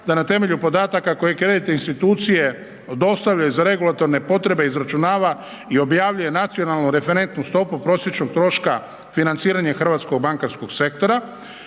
da na temelju podataka koje kreditne institucije dostave za regulatorne potrebe, izračunava i objavljuje nacionalnu referentnu stopu prosječnog troška financiranja hrvatskog bankarskog sektora,